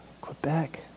Quebec